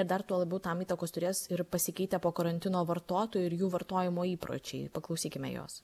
ir dar tuo labiau tam įtakos turės ir pasikeitę po karantino vartotojų ir jų vartojimo įpročiai paklausykime jos